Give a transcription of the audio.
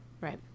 Right